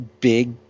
big